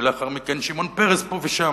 לאחר מכן שמעון פרס פה ושם.